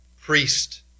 priest